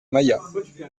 maillat